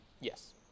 yes